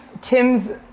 Tim's